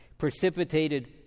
precipitated